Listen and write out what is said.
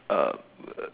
uh uh